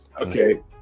okay